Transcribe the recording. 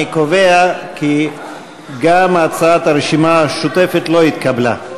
אני קובע כי גם הצעת הרשימה המשותפת לא התקבלה.